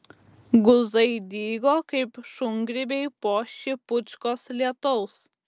guzai dygo kaip šungrybiai po šipučkos lietaus